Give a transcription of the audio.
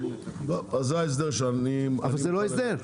אז זה ההסדר שאני --- אבל, זה לא ההסדר.